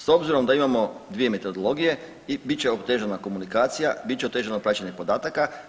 S obzirom da imamo dvije metodologije bit će otežana komunikacija, bit će otežano praćenje podataka.